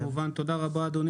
תודה רבה, אדוני